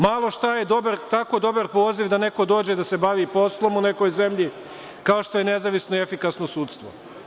Malo šta je dobar poziv da neko dođe da se bavi poslom u nekoj zemlji, kao što je nezavisno i efikasno sudstvo.